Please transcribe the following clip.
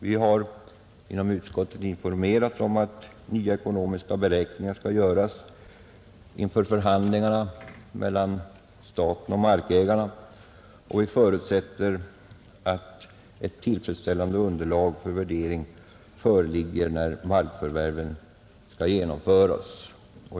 Vi har inom utskottet informerats om att nya ekonomiska beräkningar skall göras inför förhandlingarna mellan staten och markägarna, och vi förutsätter att ett tillfredsställande underlag för värdering föreligger, när markförvärven skall genomföras.